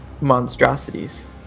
monstrosities